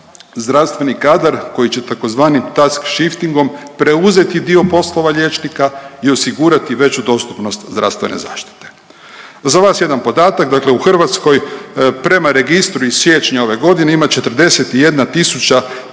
zdravstveni kadar koji će tzv. task shiftingom preuzeti dio poslova liječnika i osigurati veću dostupnost zdravstvene zaštite. Za vas jedan podatak. Dakle u Hrvatskoj prema registru iz siječnja ove godine ima 41.276